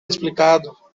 explicado